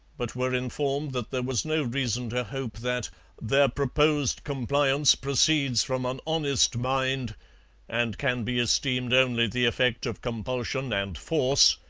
but were informed that there was no reason to hope that their proposed compliance proceeds from an honest mind and can be esteemed only the effect of compulsion and force,